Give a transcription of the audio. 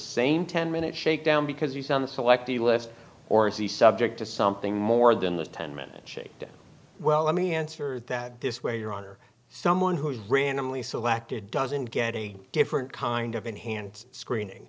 same ten minute shake down because he's on the selectee list or is he subject to something more than the ten minute shake well let me answer that this way your honor someone who is randomly selected doesn't get a different kind of in hand screening